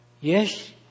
Yes